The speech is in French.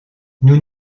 nous